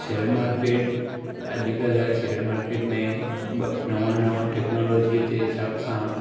share market अॼुकल्ह share market में ॿ नवा नवा टेक्नॉलोजीअ जे हिसाब सां